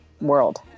world